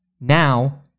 Now